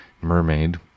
Mermaid